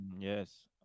Yes